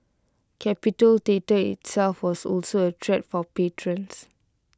capitol theatre itself was also A treat for patrons